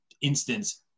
instance